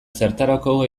zertarako